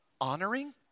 honoring